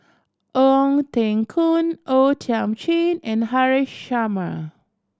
Ong Teng Koon O Thiam Chin and Haresh Sharma